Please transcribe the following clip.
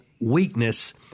weakness